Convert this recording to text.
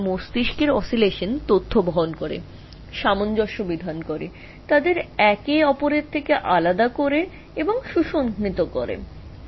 মস্তিষ্কের দোলনগুলি কীভাবে তথ্য বহন করতে তথ্য সংশোধন করতে পৃথকীকরণ সংহত করতে ব্যবহৃত হয় তাও জেনেছিলাম